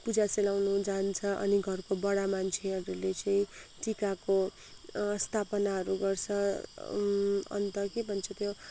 पूजा सेलाउनु जान्छ अनि घरको बढा मान्छेहरूले चाहिँ टिकाको स्थापनाहरू गर्छ अन्त के भन्छ त्यो